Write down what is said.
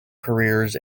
careers